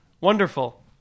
Wonderful